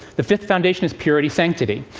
the fifth foundation is purity sanctity.